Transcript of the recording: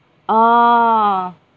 orh